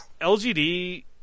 LGD